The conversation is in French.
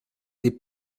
des